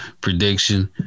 prediction